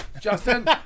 Justin